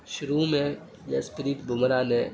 شروع میں جسپریت بمرا نے